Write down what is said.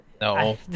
No